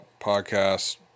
podcasts